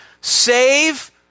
save